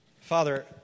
Father